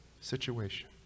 Situation